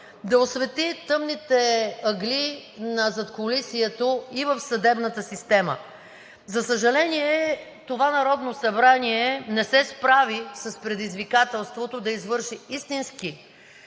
да освети тъмните ъгли на задкулисието и в съдебната система. За съжаление, това Народно събрание не се справи с предизвикателството да извърши истински